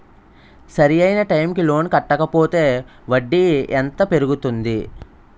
సరి అయినా టైం కి లోన్ కట్టకపోతే వడ్డీ ఎంత పెరుగుతుంది?